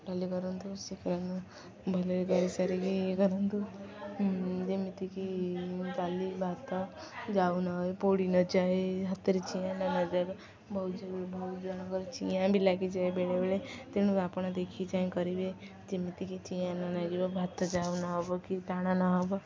ଡାଲି କରନ୍ତୁ ସେ ଭଲରେ କରିସାରିକି ଇଏ କରନ୍ତୁ ଯେମିତିକି ଡାଲି ଭାତ ଯାଉ ନହୁଏ ପୋଡ଼ି ନଯାଏ ହାତରେ ଚିଆଁ ନ ନଯାଏ ବହୁ ବହୁତ ଜଣଙ୍କର ଚିଆଁ ବି ଲାଗିଯାଏ ବେଳେବେେଳେ ତେଣୁ ଆପଣ ଦେଖି ଯାଏଁ କରିବେ ଯେମିତିକି ଚିଆଁ ନ ଲାଗିବ ଭାତ ଯାଉ ନହେବ କି ଟାଣ ନହେବ